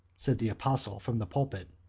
said the apostle from the pulpit,